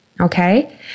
okay